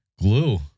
Glue